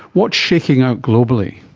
what's shaking out globally?